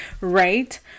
right